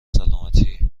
سالمتی